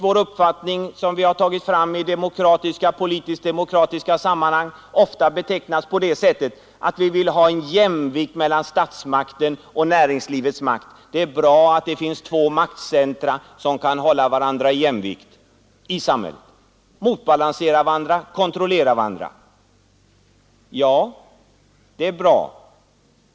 Vår uppfattning — som har framkommit i politiskt-demokratiska sammanhang — har vi ofta formulerat så, att vi vill ha en jämvikt mellan statsmakt och näringslivets makt. Det är bra att det finns två maktcentra som kan hålla varandra i jämvikt i samhället, motbalansera och kontrollera varandra. Ja, det är bra.